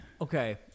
Okay